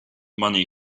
money